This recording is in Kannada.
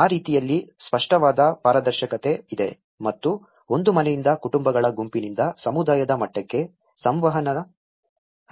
ಆ ರೀತಿಯಲ್ಲಿ ಸ್ಪಷ್ಟವಾದ ಪಾರದರ್ಶಕತೆ ಇದೆ ಮತ್ತು ಒಂದು ಮನೆಯಿಂದ ಕುಟುಂಬಗಳ ಗುಂಪಿನಿಂದ ಸಮುದಾಯದ ಮಟ್ಟಕ್ಕೆ ಸಂವಹನದ